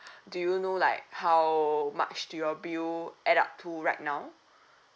do you know like how much do your bill add up to right now